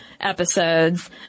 episodes